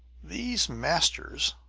these masters,